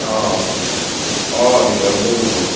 অঁ অঁ অঁ অঁ বিশালতে ল'ব